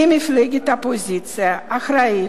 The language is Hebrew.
כמפלגת אופוזיציה אחראית,